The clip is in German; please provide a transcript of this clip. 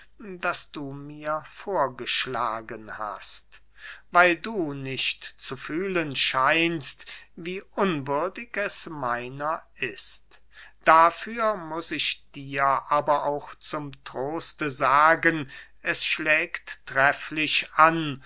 das du mir vorgeschlagen hast weil du nicht zu fühlen scheinst wie unwürdig es meiner ist dafür muß ich dir aber auch zum troste sagen es schlägt trefflich an